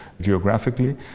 geographically